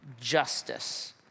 justice